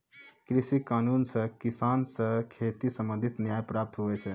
कृषि कानून से किसान से खेती संबंधित न्याय प्राप्त हुवै छै